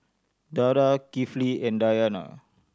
Dara Kifli and Dayana